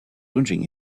wondering